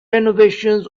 renovations